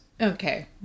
Okay